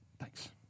Thanks